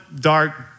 dark